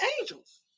angels